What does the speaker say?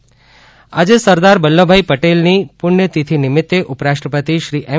સરદાર પટેલ પુણ્થતિથી આજે સરદાર વલ્લભભાઇ પટેલની પુષ્યતિથી નિમિત્તે ઉપરાષ્ટ્રપતિ શ્રી એમ